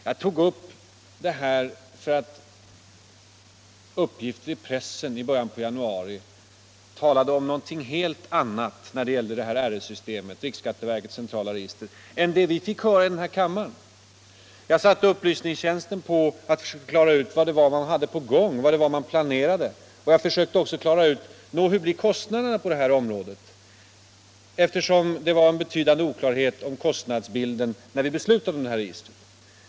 Jag tog upp frågan därför att uppgifter i pressen i början av januari talade om någonting helt annat när det gäller RS-systemet, riksskatteverkets centrala register, än det vi fick höra här i kammaren i våras. Jag satte upplysningstjänsten på att klara ut vad som var på gång, vad som planerades. Jag försökte också få reda på kostnaderna, 119 eftersom det fanns en betydande oklarhet om kostnadsbilden när vi beslutade i denna fråga här i riksdagen.